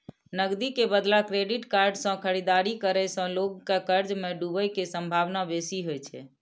नकदी के बदला क्रेडिट कार्ड सं खरीदारी करै सं लोग के कर्ज मे डूबै के संभावना बेसी होइ छै